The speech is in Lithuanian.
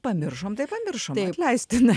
pamiršom tai pamiršom atleistina